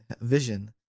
vision